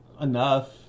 enough